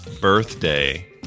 birthday